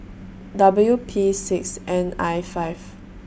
W P six N I five